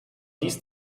dies